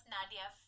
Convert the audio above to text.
Nadia